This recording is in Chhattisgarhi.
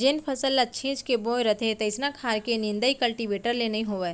जेन फसल ल छीच के बोए रथें तइसना खार के निंदाइ कल्टीवेटर ले नइ होवय